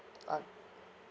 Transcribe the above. alright